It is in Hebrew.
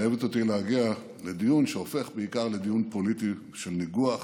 מחייבת אותי להגיע לדיון שהופך בעיקר לדיון פוליטי של ניגוח